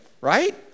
right